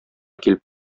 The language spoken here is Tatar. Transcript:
килеп